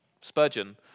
Spurgeon